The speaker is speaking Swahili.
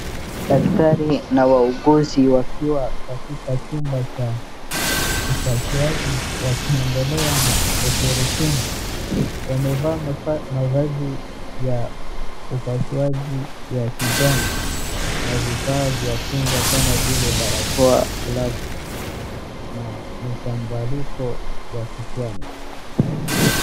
Daktari na wauguzi wakiwa katika chumba cha upasuaji wakiendelea na operesheni. Wamevaa mavazi ya upasuaji ya kijani na vifaa vya kinga kama vile barakoa, glavu na mitambariko ya kichwani.